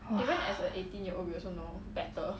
!wah!